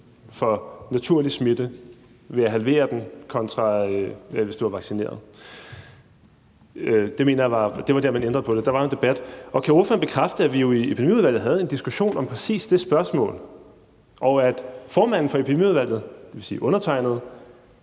for naturlig smitte ved at halvere den, kontra hvis du er vaccineret. Det mener jeg var der man ændrede på det; der var jo en debat. Og kan ordføreren bekræfte, at vi i Epidemiudvalget havde en diskussion om præcis det spørgsmål; og at formanden for Epidemiudvalget, dvs. undertegnede,